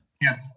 Yes